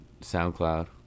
SoundCloud